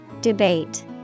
Debate